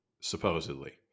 supposedly